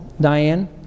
Diane